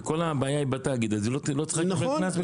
וכל הבעיה היא בתאגיד, אז היא לא צריכה לקבל קנס.